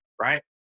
right